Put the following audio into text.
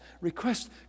Request